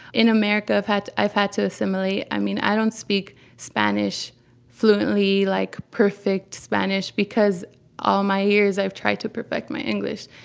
in america, i've had i've had to assimilate. i mean, i don't speak spanish fluently like perfect spanish because all my years i've tried to perfect my english.